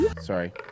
sorry